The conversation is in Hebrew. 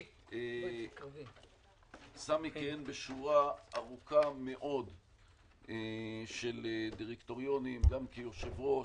סמי כיהן בשורה ארוכה מאוד של דירקטוריונים כיושב-ראש,